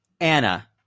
Anna